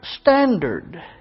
standard